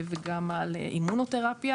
גם על אימונותרפיה,